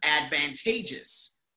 advantageous